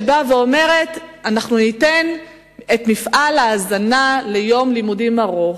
שאומרת: אנחנו ניתן את מפעל ההזנה ליום לימודים ארוך.